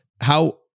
how-